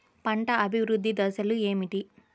పంట అభివృద్ధి దశలు ఏమిటి?